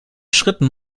schritten